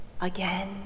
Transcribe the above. again